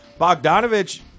Bogdanovich